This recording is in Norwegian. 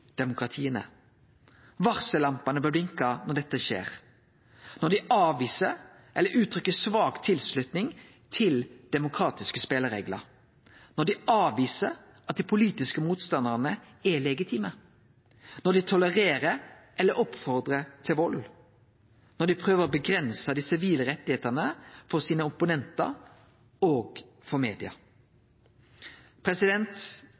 demokratia. Varsellampene bør blenkje når dette skjer – når dei avviser eller uttrykkjer svak tilslutning til demokratiske spelereglar, når dei avviser at dei politiske motstandarane er legitime, når dei tolerer eller oppfordrar til vald, og når dei prøver å avgrense dei sivile rettane for opponentane sine og for media.